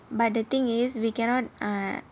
but the thing is we cannot uh